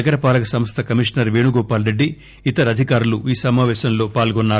నగర పాలక సంస్ల కమిషనర్ పేణుగోపాల్ రెడ్డి ఇతర అధికారులు ఈ సమాపేశంలో పాల్గొన్నారు